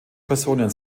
personen